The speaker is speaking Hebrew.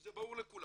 זה ברור לכולם,